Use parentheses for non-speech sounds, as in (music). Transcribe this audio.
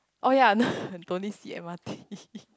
oh ya (laughs) no don't need sit m_r_t (laughs)